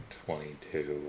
twenty-two